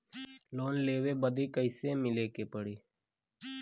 Loan लेवे बदी कैसे मिले के पड़ी?